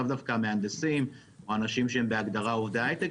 לאו דווקא מהנדסים או אנשים שהם בהגדרה עובדי היי-טק,